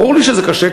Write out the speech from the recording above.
ברור לי שזה קשה,